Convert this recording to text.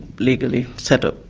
legally set up,